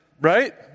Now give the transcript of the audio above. right